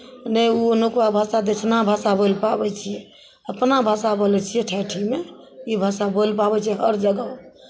नहि एनुक्का भाषा दक्षिणा भाषा बोलि पाबै छियै अपना भाषा बोलै छियै ठेठीमे ई भाषा बोलि पाबै छियै हर जगह